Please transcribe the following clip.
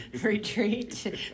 retreat